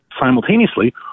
simultaneously